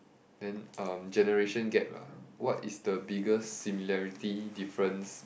then um generation gap ah what is the biggest similarity difference